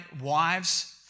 wives